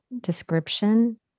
description